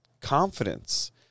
confidence